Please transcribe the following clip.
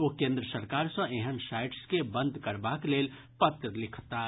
ओ केन्द्र सरकार सँ एहन साइट्स के बंद करबाक लेल पत्र लिखताह